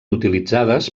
utilitzades